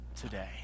today